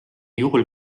juhul